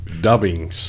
dubbing